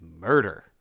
murder